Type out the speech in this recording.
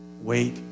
Wait